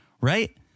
right